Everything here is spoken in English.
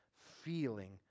feeling